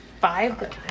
Five